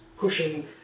pushing